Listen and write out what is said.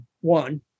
One